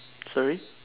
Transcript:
sorry